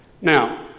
Now